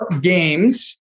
games